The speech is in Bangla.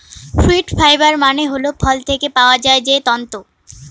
ফ্রুইট ফাইবার মানে হল ফল থেকে পাওয়া যায় যে তন্তু